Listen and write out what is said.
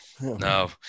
No